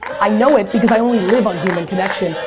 i know it because i only live on human connection.